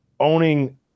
owning